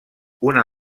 una